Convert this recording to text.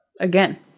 again